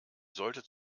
sollte